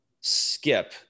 skip